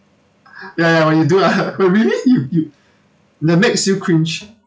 ya ya when you do uh oh really you you that makes you cringe